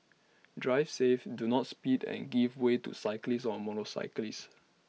drive safe do not speed and give way to cyclists or motorcyclists